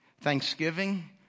thanksgiving